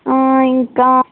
ఇంకా